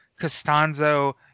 Costanzo